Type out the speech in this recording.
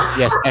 yes